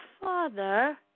Father